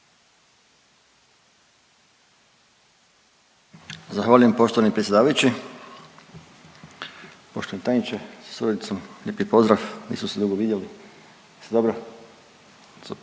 Zahvaljujem poštovani predsjedavajući, poštovani tajniče sa suradnicom, lijepi pozdrav. Nismo se dugo vidjeli.